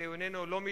והוא אינו מידידי,